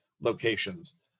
locations